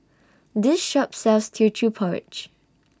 This Shop sells Teochew Porridge